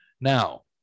Now